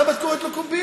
למה את קוראת לו קומבינה?